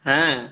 হ্যাঁ